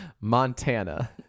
Montana